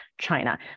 China